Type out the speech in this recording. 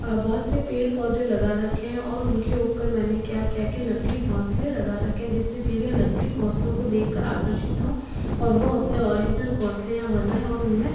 बहुत से पेड़ पौधे लगा रखे हैं और उनके ऊपर मैंने क्या क्या क्या नकली घोंसले लगा रखे हैं जिससे चिड़िया नकली घोंसले को देखकर आकर्षित हों और वह अपने ओरिजिनल घोंसले यहाँ बनाए और उनमें